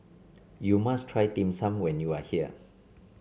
you must try Dim Sum when you are here